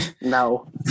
No